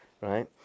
right